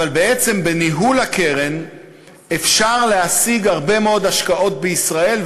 אבל בעצם בניהול הקרן אפשר להשיג הרבה מאוד השקעות בישראל,